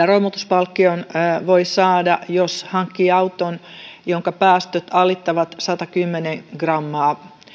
romutuspalkkion voi saada jos hankkii auton jonka päästöt alittavat satakymmentä grammaa